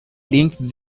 linked